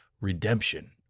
redemption